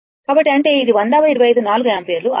కాబట్టి అంటే ఇది 100 25 4 యాంపియర్